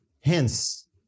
hence